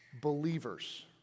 believers